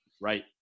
Right